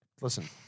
listen